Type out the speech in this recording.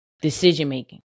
decision-making